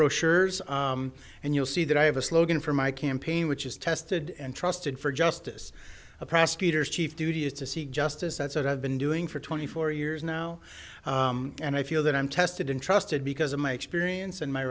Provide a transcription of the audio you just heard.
brochures and you'll see that i have a slogan for my campaign which is tested and trusted for justice a prosecutor's chief duty is to seek justice that's what i've been doing for twenty four years now and i feel that i'm tested and trusted because of my experience and my